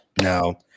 Now